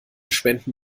spenden